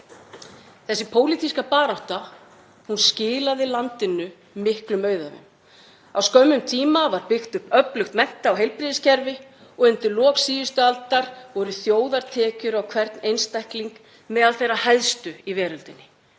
Þessi pólitíska barátta skilaði landinu miklum auðæfum. Á skömmum tíma var byggt upp öflugt mennta- og heilbrigðiskerfi og undir lok síðustu aldar voru þjóðartekjur á hvern einstakling meðal þeirra hæstu í veröldinni.